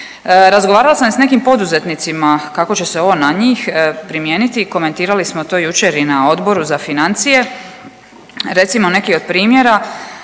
Razgovarala sam sa nekim poduzetnicima kako će se ovo na njih primijeniti, komentirali smo to jučer i na Odboru za financije. Recimo neki od primjera,